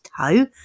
toe